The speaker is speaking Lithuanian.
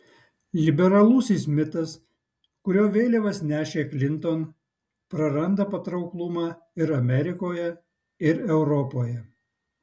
liberalusis mitas kurio vėliavas nešė klinton praranda patrauklumą ir amerikoje ir europoje